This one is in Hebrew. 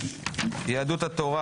יהדות התורה